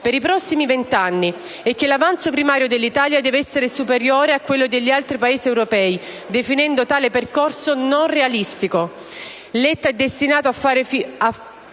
per i prossimi vent'anni e che l'avanzo primario dell'Italia deve essere superiore a quello degli altri Paesi europei, definendo tale percorso non realistico.